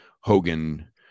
Hogan